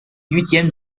huitième